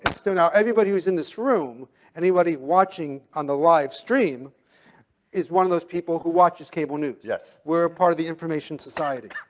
so now everybody who's in this room and anybody watching on the live stream is one of those people who watches cable news. yes. we're a part of the information society,